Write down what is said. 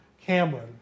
Cameron